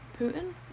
putin